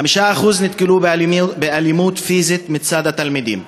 5% נתקלו באלימות פיזית מצד התלמידים.